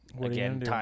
again